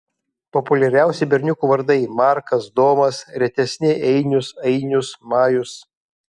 populiariausi berniukų vardai markas domas retesni einius ainius majus